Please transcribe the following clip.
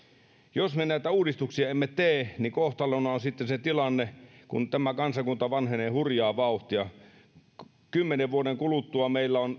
jos me näitä uudistuksia emme tee niin kohtalona on sitten se tilanne että kun tämä kansakunta vanhenee hurjaa vauhtia niin kymmenen vuoden kuluttua meillä on